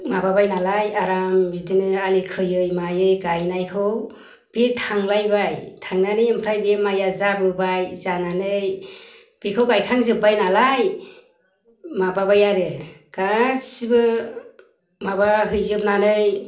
माबाबाय नालाय आराम बिदिनो आलि खोयै मायै गायनायखौ बे थांलायबाय थांनानै ओमफ्राय बे माइआ जाबोबाय जानानै बेखौ गायखांजोब्बाय नालाय माबाबाय आरो गासैबो माबाहैजोबनानै